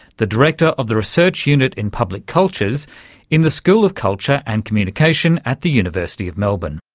the director of the research unit in public cultures in the school of culture and communication at the university of melbourne.